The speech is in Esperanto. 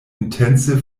intence